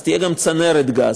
אז תהיה גם צנרת גז.